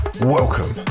Welcome